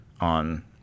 on